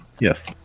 Yes